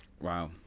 Wow